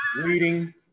reading